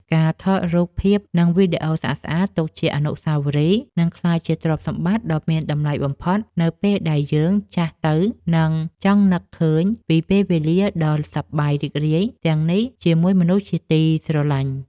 ការថតរូបភាព និង វីដេអូស្អាតៗទុកជាអនុស្សាវរីយ៍នឹងក្លាយជាទ្រព្យសម្បត្តិដ៏មានតម្លៃបំផុតនៅពេលដែលយើងចាស់ទៅ និង ចង់នឹកឃើញពីពេលវេលាដ៏សប្បាយរីករាយទាំងនេះជាមួយមនុស្សជាទីស្រឡាញ់។